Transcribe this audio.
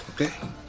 okay